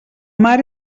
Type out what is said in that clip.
mar